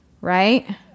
Right